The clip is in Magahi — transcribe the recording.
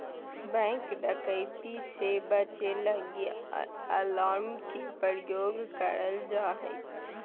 बैंक डकैती से बचे लगी अलार्म के प्रयोग करल जा हय